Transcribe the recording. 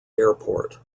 airport